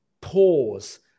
pause